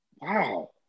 Wow